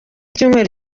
icyumweru